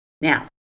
Now